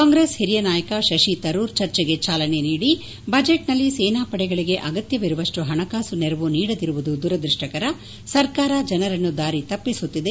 ಕಾಂಗ್ರೆಸ್ ಹಿರಿಯ ನಾಯಕ ಶಶಿ ತರೂರ್ ಚರ್ಚೆಗೆ ಚಾಲನೆ ನೀಡಿ ಬಜೆಟ್ನಲ್ಲಿ ಸೇನಾಪಡೆಗಳಿಗೆ ಅಗತ್ಯವಿರುವಷ್ಟು ಹಣಕಾಸು ನೆರವು ನೀಡದಿರುವುದು ದುರದ್ವಷ್ಟಕರ ಸರ್ಕಾರ ಜನರನ್ನು ದಾರಿ ತಪ್ಸಿಸುತ್ತಿದೆ